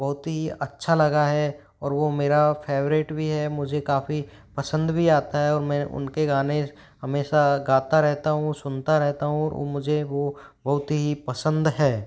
बहुत ही अच्छा लगा है और वह मेरा फ़ेवरेट भी है मुझे काफ़ी पसंद भी आता है और मैं उन के गाने हमेशा गाता रहता हूँ सुनता रहता हूँ मुझे वो बहुत ही पसंद है